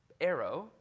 arrow